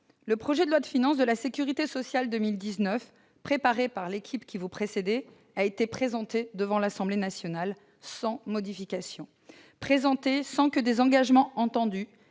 le projet de loi de financement de la sécurité sociale pour 2019, préparé par l'équipe qui vous a précédé, a été présenté devant l'Assemblée nationale sans modification, sans que les engagements entendus